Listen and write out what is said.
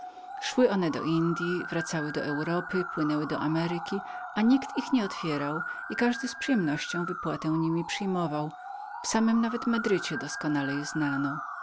swój numer zwyczajnie szły do indyi wracały do europy płynęły do ameryki a nikt ich nie otwierał i każdy z przyjemnością wypłatę niemi przyjmował w samym nawet madrycie doskonale je znano